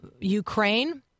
Ukraine